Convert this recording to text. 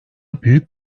büyük